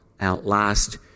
outlast